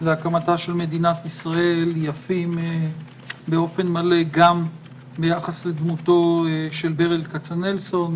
להקמתה של מדינת ישראל יפים באופן מלא גם ביחס לדמותו של ברל כצנלסון,